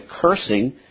cursing